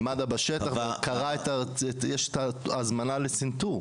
מד"א בשטח, קראה את, יש את ההזמנה לצנתור.